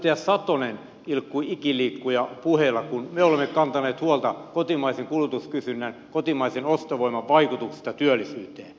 ainoastaan edustaja satonen ilkkui ikiliikkujapuheilla kun me olemme kantaneet huolta kotimaisen kulutuskysynnän kotimaisen ostovoiman vaikutuksista työllisyyteen